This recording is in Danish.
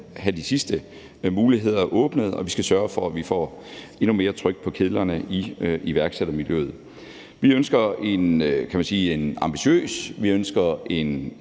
skal have de sidste muligheder åbnet, og vi skal sørge for, at vi får endnu mere tryk på kedlerne i iværksættermiljøet. Vi ønsker en ambitiøs